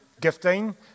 gifting